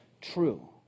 true